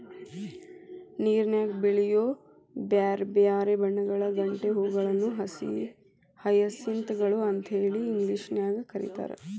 ನೇರನ್ಯಾಗ ಬೆಳಿಯೋ ಬ್ಯಾರ್ಬ್ಯಾರೇ ಬಣ್ಣಗಳ ಗಂಟೆ ಹೂಗಳನ್ನ ಹಯಸಿಂತ್ ಗಳು ಅಂತೇಳಿ ಇಂಗ್ಲೇಷನ್ಯಾಗ್ ಕರೇತಾರ